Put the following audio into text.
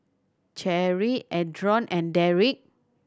Cherry Adron and Derrick